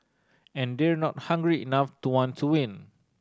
and they're not hungry enough to want to win